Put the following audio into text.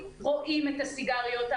רואים את הסיגריות.